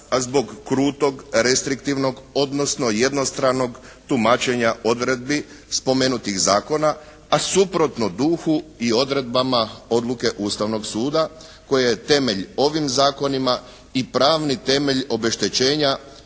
a zbog krutog, restriktivnog, odnosno jednostranog tumačenja odredbi spomenutih zakona, a suprotno duhu i odredbama odluke Ustavnog suda koje je temelj ovim zakonima i pravni temelj obeštećenja